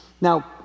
Now